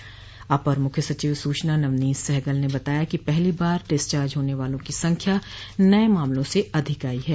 प्रदेश के अपर मुख्य सचिव सूचना नवनीत सहगल ने बताया है कि पहली बार डिस्चार्ज होने वालों की संख्या नये मामलों से अधिक आई है